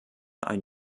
ein